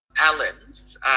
Allen's